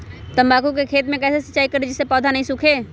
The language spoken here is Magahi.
तम्बाकू के खेत मे कैसे सिंचाई करें जिस से पौधा नहीं सूखे?